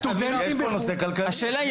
יש פה נושא כלכלי.